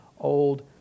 old